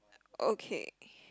okay